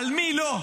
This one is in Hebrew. על מי לא?